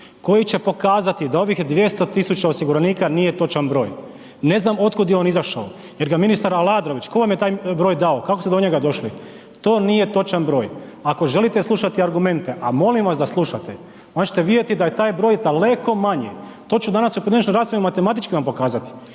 koji će pokazati da ovih 200 000 osiguranika nije točan broj, ne znam otkud je on izašao jer ga ministar Aladrović, ko vam je taj broj dao, kako ste do njega došli? To nije točan broj. Ako želite slušati argumente, a molim vas da slušate, onda ćete vidjeti da je taj broj daleko manji. To ću danas …/Govornik se ne razumije/…matematički vam pokazati.